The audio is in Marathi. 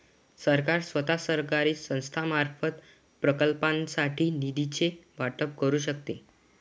सरकार स्वतः, सरकारी संस्थांमार्फत, प्रकल्पांसाठी निधीचे वाटप करू शकते